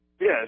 Yes